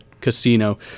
casino